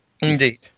Indeed